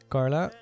Carla